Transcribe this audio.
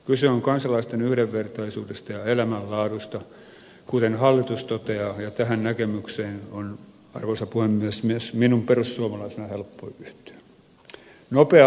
kyse on kansalaisten yhdenvertaisuudesta ja elämänlaadusta kuten hallitus toteaa ja tähän näkemykseen on arvoisa puhemies myös minun perussuomalaisena helppo yhtyä